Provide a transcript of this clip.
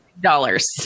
dollars